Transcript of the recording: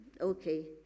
okay